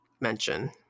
mention